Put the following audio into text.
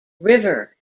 river